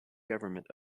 government